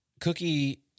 Cookie